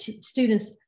students